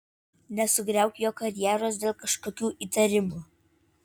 nesugriauk jo karjeros dėl kažkokių įtarimų